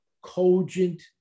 cogent